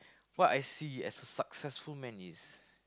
what I see as a successful man is